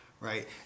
right